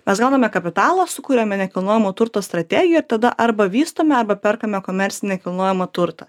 mes gauname kapitalą sukuriame nekilnojamo turto strategiją ir tada arba vystome arba perkame komercinį nekilnojamą turtą